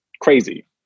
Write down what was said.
crazy